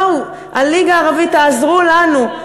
בואו הליגה הערבית, תעזרו לנו.